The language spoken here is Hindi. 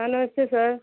हँ नमस्ते सर